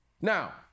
Now